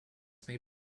may